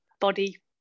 body